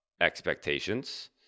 expectations